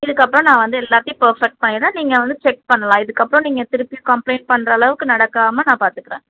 இதுக்கப்புறம் நான் வந்து எல்லாத்தையும் பேர்ஃபெக்ட் பண்ணிடுறேன் நீங்கள் வந்து செக் பண்ணலாம் இதுக்கப்புறம் நீங்கள் திருப்பியும் கம்ப்ளைன்ட் பண்ணுற அளவுக்கு நடக்காமல் நான் பார்த்துக்குறேன்